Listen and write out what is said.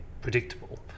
predictable